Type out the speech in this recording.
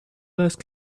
ask